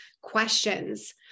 questions